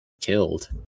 killed